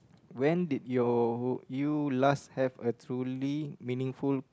when did your you last have a truly meaningful